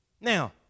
Now